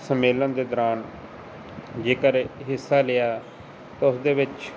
ਸੰਮੇਲਨ ਦੇ ਦੌਰਾਨ ਜੇਕਰ ਹਿੱਸਾ ਲਿਆ ਉਸ ਦੇ ਵਿੱਚ